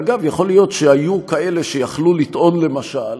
ואגב, יכול להיות שהיו כאלה שיכלו לטעון למשל,